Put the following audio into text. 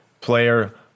player